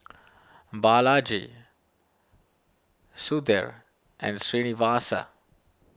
Balaji Sudhir and Srinivasa